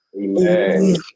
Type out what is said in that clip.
Amen